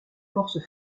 forces